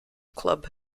club